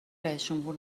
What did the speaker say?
رییسجمهور